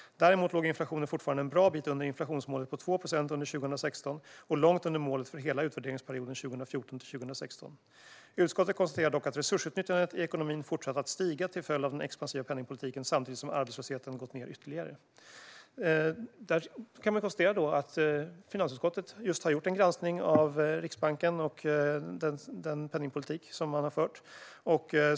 Däremot låg inflationen fortfarande en bra bit under inflationsmålet på 2 procent under 2016 och långt under målet för hela utvärderingsperioden 2014-2016. Utskottet konstaterar dock att resursutnyttjandet i ekonomin fortsatt att stiga till följd av den expansiva penningpolitiken samtidigt som arbetslösheten gått ned ytterligare. Man kan konstatera att finansutskottet har gjort en granskning av Riksbanken och den penningpolitik som man har fört.